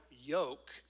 yoke